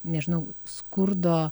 nežinau skurdo